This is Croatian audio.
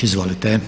Izvolite.